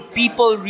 people